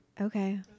Okay